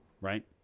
right